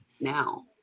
now